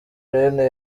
rene